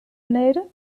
beneden